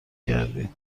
کردی